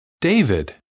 David